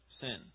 sin